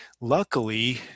luckily